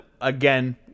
again